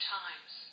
times